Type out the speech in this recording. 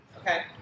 Okay